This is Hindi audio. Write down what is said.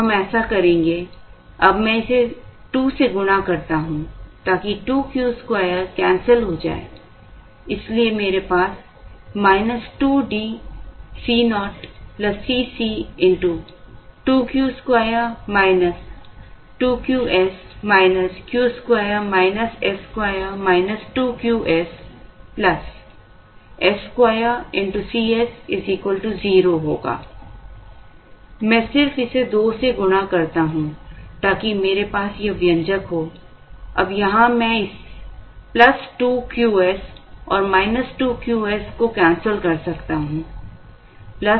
अब हम ऐसा करेंगे अब मैं इसे 2 से गुणा करता हूं ताकि 2 Q2 cancel हो जाए इसलिए मेरे पास 2 DCo C c s2Cs 0 होगा मैं सिर्फ इसे 2 से गुणा करता हूं ताकि मेरे पास यह व्यंजक हो अब यहां मैं इस 2 Q s और 2Q sको cancel कर सकता हूं